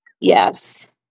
Yes